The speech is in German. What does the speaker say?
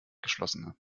geschlossene